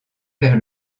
vers